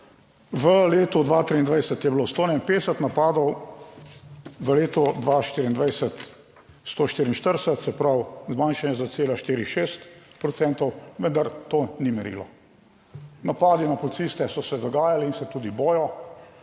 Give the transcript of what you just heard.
v letu 2023 je bilo 151 napadov, v letu 2024, 144, se pravi zmanjšanje za cela 4,6 procentov. Vendar to ni merilo. Napadi na policiste so se dogajali in se tudi bodo,